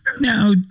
Now